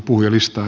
puhujalistaan